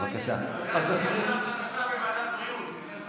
בגלל שהיא עכשיו חדשה בוועדת הבריאות.